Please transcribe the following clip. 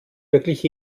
wirklich